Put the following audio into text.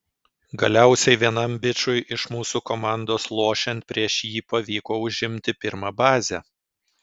galiausiai vienam bičui iš mūsų komandos lošiant prieš jį pavyko užimti pirmą bazę